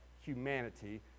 humanity